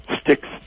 sticks